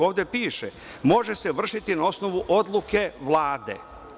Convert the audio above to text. Ovde piše – može se vršiti na osnovu odluke Vlade.